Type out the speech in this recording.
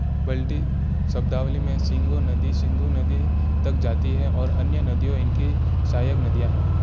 बल्टी शब्दावली में शिंगो नदी सिंधु नदी तक जाती है और अन्य नदियाँ इनकी सहायक नदियाँ हैं